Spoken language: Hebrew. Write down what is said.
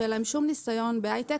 שאין להם שום ניסיון בהיי-טק,